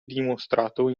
dimostrato